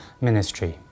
ministry